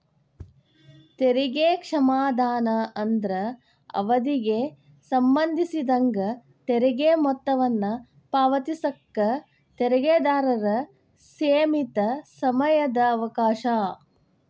ತೆರಿಗೆ ಕ್ಷಮಾದಾನ ಅಂದ್ರ ಅವಧಿಗೆ ಸಂಬಂಧಿಸಿದಂಗ ತೆರಿಗೆ ಮೊತ್ತವನ್ನ ಪಾವತಿಸಕ ತೆರಿಗೆದಾರರ ಸೇಮಿತ ಸಮಯದ ಅವಕಾಶ